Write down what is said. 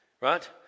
right